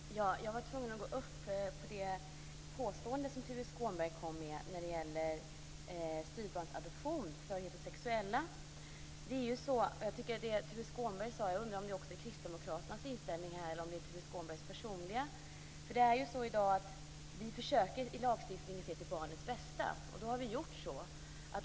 Fru talman! Jag var tvungen att gå upp med anledning av det påstående som Tuve Skånberg kom med när det gäller styvbarnsadoption för heterosexuella. Jag undrar om det som Tuve Skånberg sade är Kristdemokraternas inställning eller om det är Tuve Skånbergs personliga inställning. Vi försöker ju i dag att se till barnets bästa i lagstiftningen.